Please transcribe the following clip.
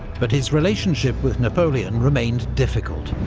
but his relationship with napoleon remained difficult.